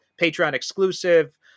Patreon-exclusive